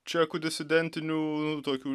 čekų disidentinių tokių